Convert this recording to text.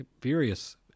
various